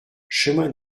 chemin